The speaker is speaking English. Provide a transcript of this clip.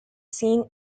seen